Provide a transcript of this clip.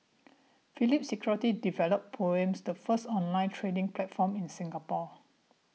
Phillip Securities developed Poems the first online trading platform in Singapore